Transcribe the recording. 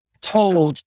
told